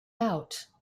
out